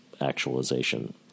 actualization